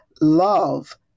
love